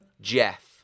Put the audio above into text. Jeff